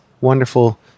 wonderful